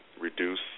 reduce